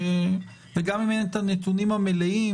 גם אם אין את הנתונים המלאים,